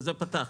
בזה פתחתי,